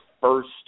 first